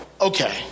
okay